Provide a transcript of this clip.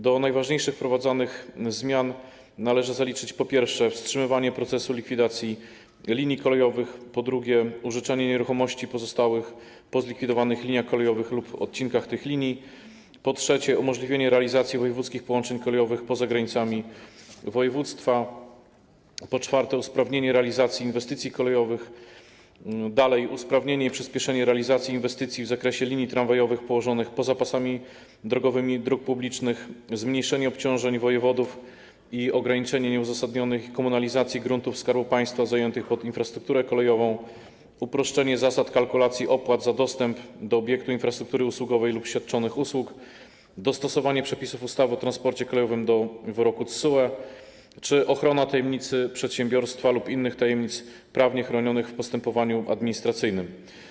Do najważniejszych wprowadzanych zmian należy zaliczyć, po pierwsze, wstrzymywanie procesu likwidacji linii kolejowych, po drugie, użyczenie nieruchomości pozostałych po zlikwidowanych liniach kolejowych lub odcinkach tych linii, po trzecie, umożliwienie realizacji wojewódzkich połączeń kolejowych poza granicami województwa, po czwarte, usprawnienie realizacji inwestycji kolejowych, dalej, usprawnienie i przyspieszenie realizacji inwestycji w zakresie linii tramwajowych położonych poza pasami drogowymi dróg publicznych, zmniejszenie obciążeń wojewodów i ograniczenie nieuzasadnionych komunalizacji gruntów Skarbu Państwa zajętych pod infrastrukturę kolejową, uproszczenie zasad kalkulacji opłat za dostęp do obiektu infrastruktury usługowej lub świadczonych usług, dostosowanie przepisów ustawy o transporcie kolejowym do wyroku TSUE czy ochrona tajemnicy przedsiębiorstwa lub innych tajemnic prawnie chronionych w postępowaniu administracyjnym.